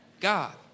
God